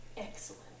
Excellent